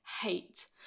hate